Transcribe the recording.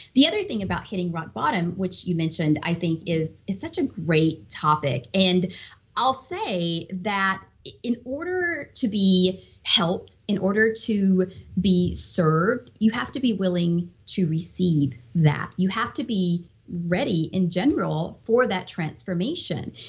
the other thing about hitting rock bottom, which you mentioned, i think is is such a great topic. and i'll say that in order to be helped, in order to be served, you have to be willing to receive that. you have to be ready in general for that transformation.